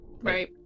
Right